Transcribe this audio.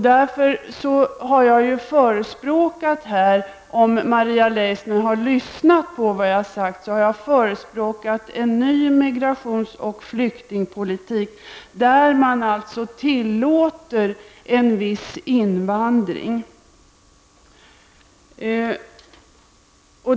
Därför har jag, Maria Leissner, förespråkat en ny immigrationsoch flyktingpolitik inom ramen för vilken en viss invandring tillåts.